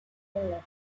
left